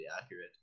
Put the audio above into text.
accurate